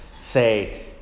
say